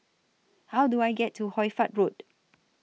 How Do I get to Hoy Fatt Road